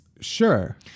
Sure